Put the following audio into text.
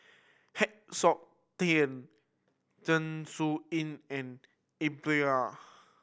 Heng Siok Tian Zeng Shouyin and